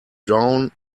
down